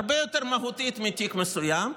הרבה יותר מהותית מתיק מסוים,